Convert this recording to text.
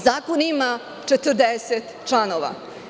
Zakon ima 40 članova.